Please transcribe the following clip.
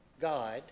God